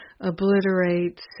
obliterates